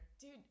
Dude